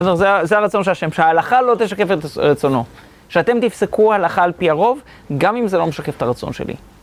זאת אומרת, זה הרצון של ה' שההלכה לא תשקף את רצונו. שאתם תפסקו ההלכה על פי הרוב, גם אם זה לא משקף את הרצון שלי.